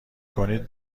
کنید